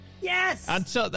Yes